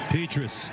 Petrus